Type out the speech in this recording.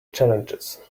challenges